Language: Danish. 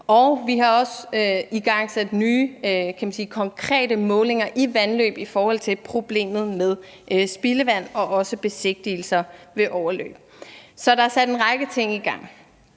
Og vi har også igangsat nye, konkrete målinger i vandløb i forhold til problemet med spildevand og også besigtigelser ved overløb. Så der er sat en række ting i gang.